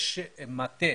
יש מטה